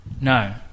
No